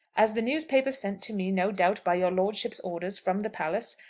as the newspaper sent to me, no doubt by your lordship's orders, from the palace,